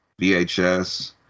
VHS